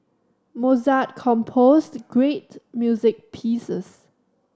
Mozart composed great music pieces